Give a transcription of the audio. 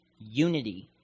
Unity